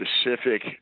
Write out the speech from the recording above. specific